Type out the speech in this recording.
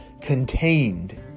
contained